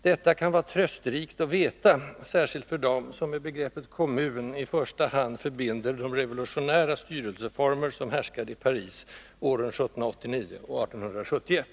Detta kan vara trösterikt att veta, särskilt för dem som med begreppet ”kommun” i första hand förbinder de revolutionära styrelseformer som härskade i Paris åren 1789 och 1871.